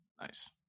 nice